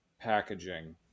packaging